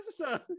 episode